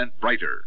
brighter